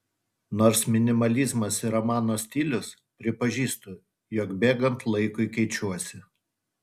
nors minimalizmas yra mano stilius pripažįstu jog bėgant laikui keičiuosi